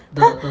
他